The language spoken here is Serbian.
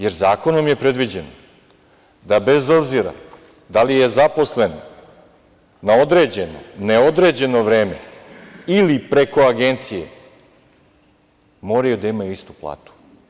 Jer, zakonom je predviđeno da bez obzira da li je zaposlen na određeno, neodređeno vreme ili preko agencije, moraju da imaju istu platu.